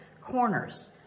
corners